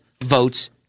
votes